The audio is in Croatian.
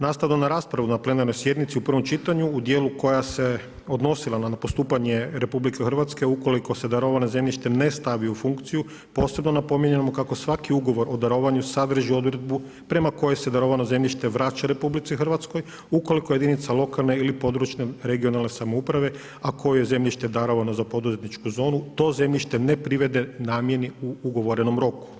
Nastavno na raspravu na Plenarnoj sjednici u prvom čitanju u djelu koja se odnosila na postupanje RH ukoliko se darovano zemljište ne stavi u funkciju, posebno napominjemo kako svaki ugovor o darovanju sadrži odredbu prema kojoj se darovano zemljište vraća RH, ukoliko jedinica lokalne ili područne regionalne samouprave, a kojoj je zemljište darovano za poduzetničku zonu, to zemljište ne privede namjeni u ugovorenom roku.